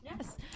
Yes